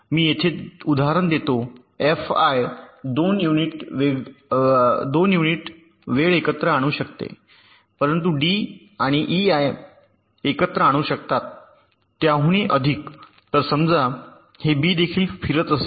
मी येथे उदाहरणार्थ देतो एफआय 2 युनिट वेळ एकत्र आणू शकते परंतु डी आणि ईआय एकत्र आणू शकतात त्याहूनही अधिक तर समजा हे बी देखील फिरत असेल